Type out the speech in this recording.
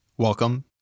Welcome